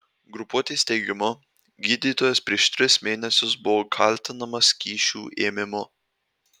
grupuotės teigimu gydytojas prieš tris mėnesius buvo kaltinamas kyšių ėmimu